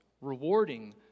rewarding